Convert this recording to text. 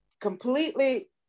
completely